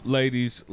ladies